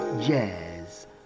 Jazz